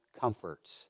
comforts